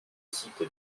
site